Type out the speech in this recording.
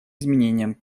изменением